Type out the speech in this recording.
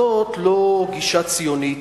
זאת לא גישה ציונית,